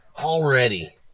Already